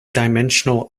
dimensional